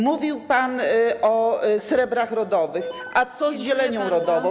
Mówił pan o srebrach rodowych, a co z zielenią rodową?